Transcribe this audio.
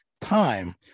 time